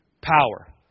Power